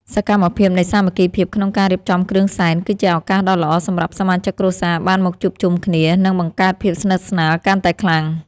សកម្មភាពនៃសាមគ្គីភាពក្នុងការរៀបចំគ្រឿងសែន គឺជាឱកាសដ៏ល្អសម្រាប់សមាជិកគ្រួសារបានមកជួបជុំគ្នា និងបង្កើតភាពស្និទ្ធស្នាលកាន់តែខ្លាំង។